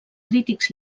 crítics